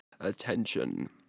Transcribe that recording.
attention